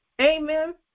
Amen